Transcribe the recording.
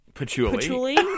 Patchouli